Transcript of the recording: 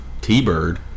T-Bird